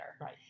Right